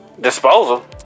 Disposal